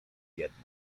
jednak